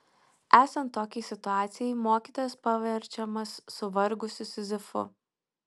esant tokiai situacijai mokytojas paverčiamas suvargusiu sizifu